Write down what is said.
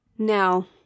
Now